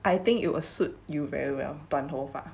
I think it will suit you very well 短头发